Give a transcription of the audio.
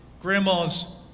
grandma's